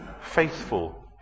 faithful